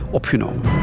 opgenomen